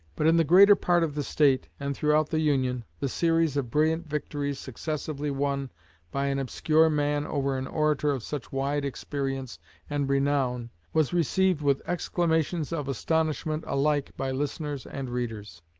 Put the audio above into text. but in the greater part of the state, and throughout the union, the series of brilliant victories successively won by an obscure man over an orator of such wide experience and renown was received with exclamations of astonishment alike by listeners and readers.